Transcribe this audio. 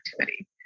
activity